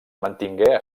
mantingué